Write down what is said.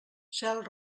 cel